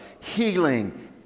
Healing